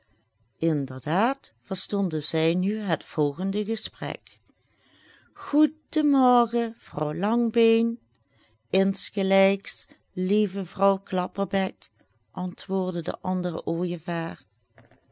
inderdaad verstonden zij nu het volgende gesprek goeden morgen vrouw langbeen insgelijks lieve vrouw klapperbek antwoordde de andere